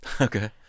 Okay